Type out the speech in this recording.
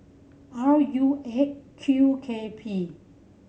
R U Eight Q K P